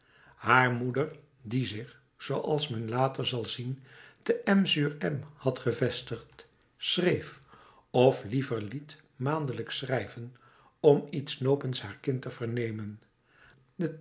haar moeder die zich zooals men later zal zien te m sur m had gevestigd schreef of liever liet maandelijks schrijven om iets nopens haar kind te vernemen de